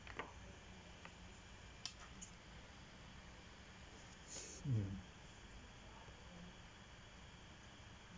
hmm